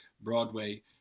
Broadway